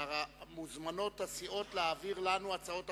והסיעות מוזמנות להעביר לנו הצעות החלטה.